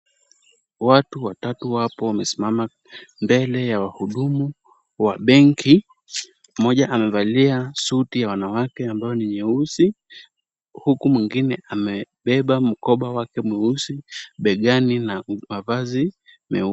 Watu watatu wapo wamesimama mbele ya wahudumu wa benki. Moja amevalia suti ya wanawake ambayo ni nyeusi huku mwingine amebeba mkoba wake mweusi begani na mavazi meupe.